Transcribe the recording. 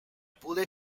buller